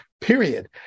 period